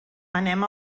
anem